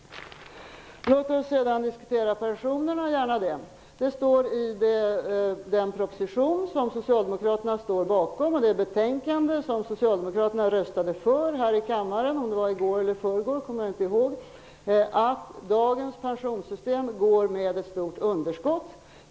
Låt oss sedan diskutera pensionerna. Gärna det. Det står i den proposition och i det betänkande som Socialdemoraterna står bakom -- vars förslag Socialdemokraterna här i kammaren röstade för i går eller om det var i förrgår -- att dagens pensionssystem har ett stort underskott.